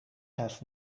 حرف